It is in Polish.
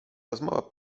rozmowa